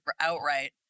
outright